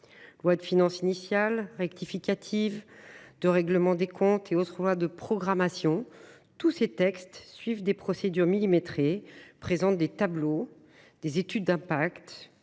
Lois de finances initiales, rectificatives, de règlement des comptes et autres lois de programmation : tous ces textes suivent des procédures millimétrées, présentent des tableaux, des études d’impact,